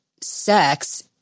sex